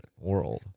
world